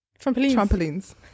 trampolines